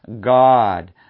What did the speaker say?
God